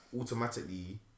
automatically